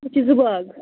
چھِ زٕ باغ